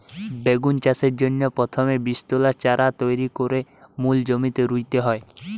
বেগুন চাষের জন্যে প্রথমে বীজতলায় চারা তৈরি কোরে মূল জমিতে রুইতে হয়